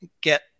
get